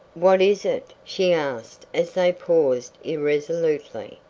what is it? she asked as they paused irresolutely.